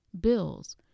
bills